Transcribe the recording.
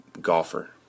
golfer